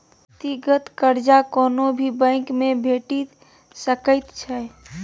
व्यक्तिगत कर्जा कोनो भी बैंकमे भेटि सकैत छै